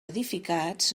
edificats